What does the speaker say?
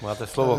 Máte slovo.